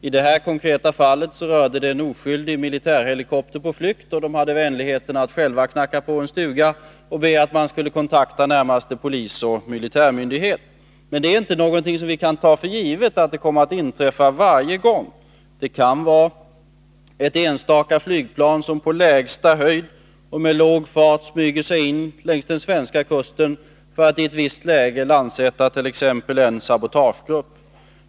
I det aktuella fallet gällde det en oskyldig militärhelikopter på flykt, och där hade man vänligheten att själv knacka på i en stuga och be att de skulle kontakta närmaste polisoch militärmyndighet. Men vi kan inte ta för givet att det är någonting som kommer att inträffa varje gång. Det kan vara ett enstaka flygplan som på lägsta höjd och med låg fart smyger sig in längs den svenska kusten för att i ett visst läge landsätta t.ex. en sabotagegrupp.